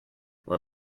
let